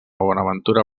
bonaventura